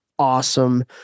awesome